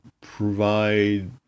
provide